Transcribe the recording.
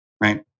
right